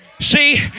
See